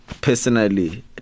personally